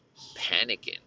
panicking